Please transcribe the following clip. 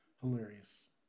hilarious